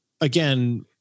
again